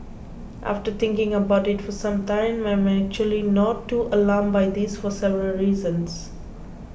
after thinking about it for some time I am actually not too alarmed by this for several reasons